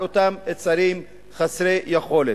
על אותם צעירים חסרי יכולת.